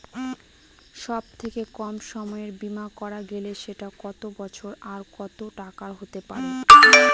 সব থেকে কম সময়ের বীমা করা গেলে সেটা কত বছর আর কত টাকার হতে পারে?